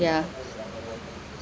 ya